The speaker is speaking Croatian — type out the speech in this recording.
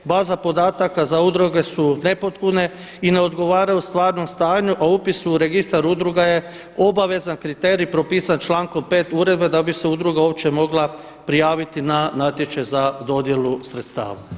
Baza podataka za udruge su nepotpune i ne odgovaraju stvarnom stanju, a upis u registar udruga je obavezan kriterij propisan člankom 5. uredbe da bi se udruga uopće mogla prijaviti na natječaj za dodjelu sredstava.